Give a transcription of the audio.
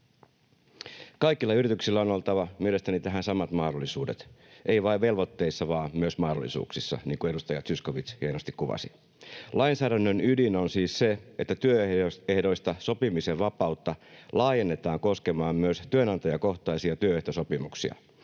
Kaikilla yrityksillä on oltava mielestäni tähän samat mahdollisuudet — ei vain velvoitteissa vaan myös mahdollisuuksissa, niin kuin edustaja Zyskowicz hienosti kuvasi. Lainsäädännön ydin on siis se, että työehdoista sopimisen vapautta laajennetaan koskemaan myös työnantajakohtaisia työehtosopimuksia.